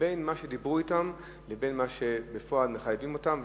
בין מה שדיברו אתם לבין מה שמחייבים אותם בפועל.